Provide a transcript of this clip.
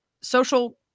social